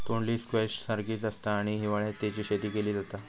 तोंडली स्क्वैश सारखीच आसता आणि हिवाळ्यात तेची शेती केली जाता